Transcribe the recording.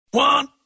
One